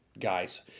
guys